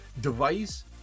device